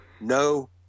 no